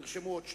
נרשמו עוד שניים,